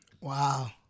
Wow